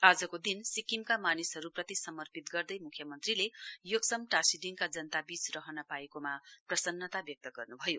आजको दिन सिक्किमका मानिसहरूप्रति समर्पित गर्दै मुख्यमन्त्रीले योक्साम टाशीडिङका जनताबीच रहन पाएकोमा प्रसन्नता व्यक्त गर्नु भयो